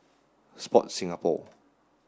Sport Singapore